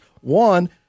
one